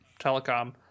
telecom